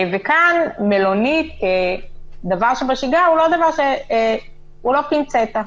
מלונית כדבר שבשגרה זה לא שיטת הפינצטה.